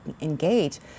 engage